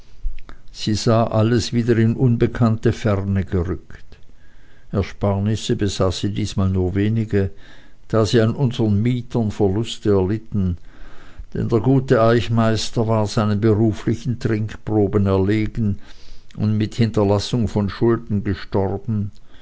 sie sah alles wieder in unbekannte ferne gerückt ersparnisse besaß sie diesmal nur wenige da sie an unsern mietern verluste erlitten denn der gute eichmeister war seinen beruflichen trinkproben erlegen und mit hinterlassung von schulden gestorben